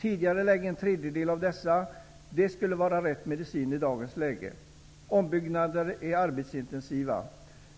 Tidigarelägg en tredjedel av dessa ombyggnadsinsatser! Det skulle vara rätt medicin i dagens läge. Ombyggnader är arbetsintensiva.